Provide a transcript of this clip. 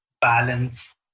balance